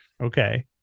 okay